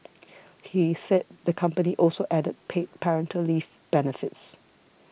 he said the company also added paid parental leave benefits